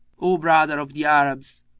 o brother of the arabs,